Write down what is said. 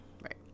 Right